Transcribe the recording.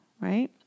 right